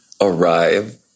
arrive